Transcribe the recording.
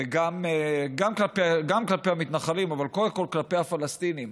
גם כלפי המתנחלים אבל קודם כול כלפי הפלסטינים,